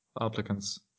Applicants